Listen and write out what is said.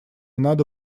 надо